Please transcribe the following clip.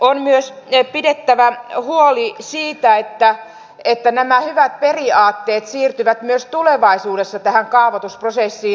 on myös pidettävä huoli siitä että nämä hyvät periaatteet siirtyvät myös tulevaisuudessa tähän kaavoitusprosessiin